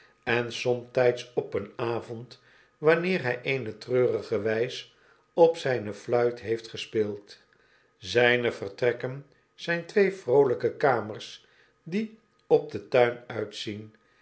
en somtyds op een avond wanneer hij eene treurige wp op zijne fluit heeft gespeeld zyne vertrekken zyn twee vroolyke kamers die op den tuin uitzien